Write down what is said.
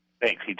Thanks